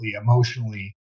emotionally